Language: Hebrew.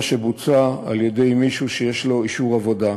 שבוצע על-ידי מישהו שיש לו אישור עבודה.